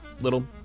little